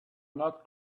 not